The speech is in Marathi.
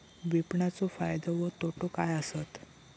विपणाचो फायदो व तोटो काय आसत?